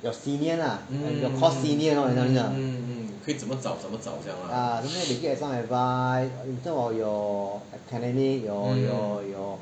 your senior lah your course senior know you know what I mean not ya normally they give some advice in terms of your academic your your your